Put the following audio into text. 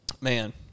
man